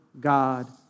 God